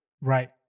right